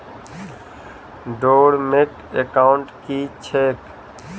Dormant account की छैक?